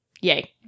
yay